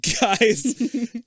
Guys